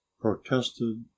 protested